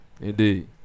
Indeed